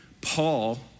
Paul